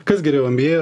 kas geriau nba